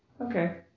Okay